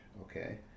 Okay